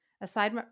Aside